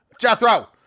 Jethro